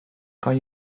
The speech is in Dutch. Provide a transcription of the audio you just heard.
kan